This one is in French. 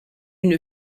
une